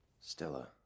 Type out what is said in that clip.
Stella